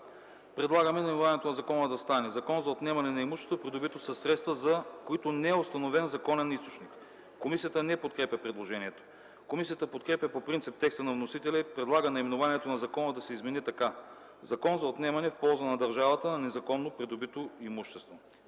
„Предлагаме наименованието на закона да стане „Закон за отнемане на имущество, придобито със средства, за които не е установен законен източник”. Комисията не подкрепя предложението. Комисията подкрепя по принцип текста на вносителя и предлага наименованието на закона да се измени така: „Закон за отнемане в полза на държавата на незаконно придобито имущество”.